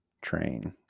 Train